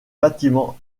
bâtiments